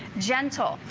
gentle,